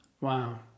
Wow